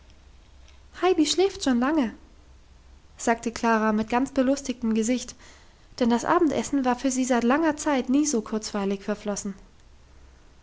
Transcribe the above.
heidi schläft schon lange sagte klara mit ganz belustigtem gesicht denn das abendessen war für sie seit langer zeit nie so kurzweilig verflossen